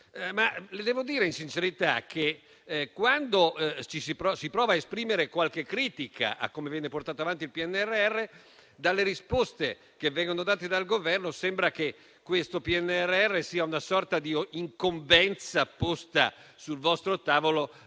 Devo dire in sincerità che, quando si prova a esprimere qualche critica a come viene portato avanti il PNRR, dalle risposte del Governo sembra che questo Piano sia una sorta di incombenza posta sul vostro tavolo